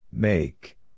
make